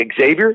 Xavier